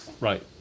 Right